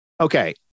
okay